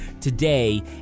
today